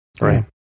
right